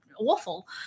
awful